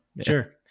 sure